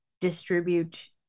distribute